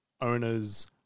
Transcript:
owners